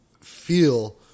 feel